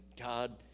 God